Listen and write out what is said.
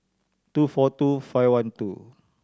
two four two five one two